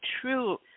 true